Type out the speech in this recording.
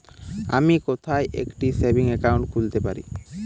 আমি কোথায় একটি সেভিংস অ্যাকাউন্ট খুলতে পারি?